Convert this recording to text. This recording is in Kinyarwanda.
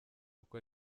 kuko